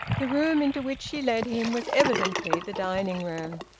the room into which she led him was evidently the dining-room.